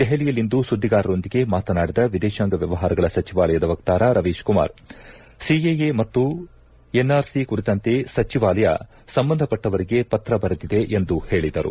ದೆಹಲಿಯಲ್ಲಿಂದು ಸುದ್ವಿಗಾರರೊಂದಿಗೆ ಮಾತನಾಡಿದ ವಿದೇಶಾಂಗ ವ್ಯವಹಾರಗಳ ಸಚಿವಾಲಯದ ವಕ್ತಾರ ರವೀಶ್ಕುಮಾರ್ ಸಿಎಎ ಮತ್ತು ಎನ್ಆರ್ಸಿ ಕುರಿತಂತೆ ಸಚಿವಾಲಯ ಸಂಬಂಧಪಟ್ಟವರಿಗೆ ಪತ್ರ ಬರೆದಿದೆ ಎಂದು ಹೇಳದರು